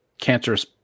cancerous